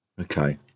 Okay